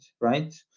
right